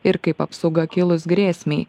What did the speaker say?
ir kaip apsauga kilus grėsmei